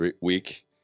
week